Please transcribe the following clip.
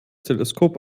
teleskop